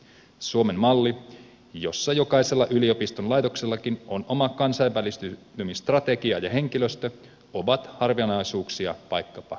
suomen mallissa jokaisella yliopiston laitoksellakin on oma kansainvälistymisstrategiansa ja henkilöstönsä jollaiset ovat harvinaisuuksia vaikkapa norjassa